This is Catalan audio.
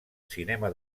cinema